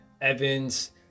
Evans